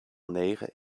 negen